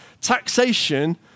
Taxation